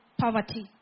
poverty